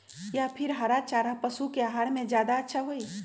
या फिर हरा चारा पशु के आहार में ज्यादा अच्छा होई?